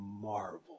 marvel